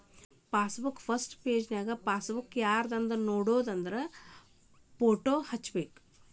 passbook first ಪೆಜನ್ಯಾಗ passbook ಯಾರ್ದನೋಡ ಅವ್ರ ಫೋಟೋ ಹಚ್ಬೇಕ್